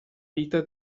vita